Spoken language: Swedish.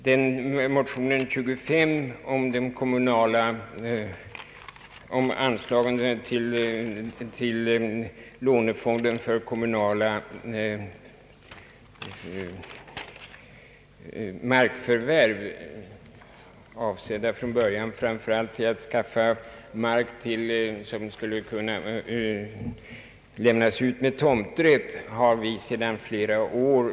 Reservation 25 gäller anslagen till lånefonden för kommunala markförvärv, från början framför allt avsedda att skaffa mark som skulle kunna lämnas ut med tomträtt. Vad som sägs i denna Ang.